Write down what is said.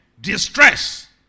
distress